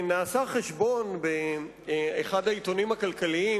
נעשה חשבון באחד העיתונים הכלכליים,